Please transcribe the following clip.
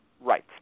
Right